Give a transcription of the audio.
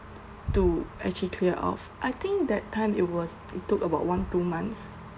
to actually clear off I think that time it was it took about one two months